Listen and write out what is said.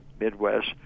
Midwest